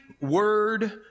word